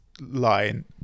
line